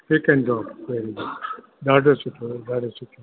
ही कंदो ॾाढो सुठो ॾाढो सुठो ॾाढो सुठो